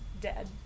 dead